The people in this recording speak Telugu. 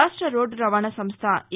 రాష్ట రోడ్దు రవాణా సంస్థ ఏ